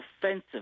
offensive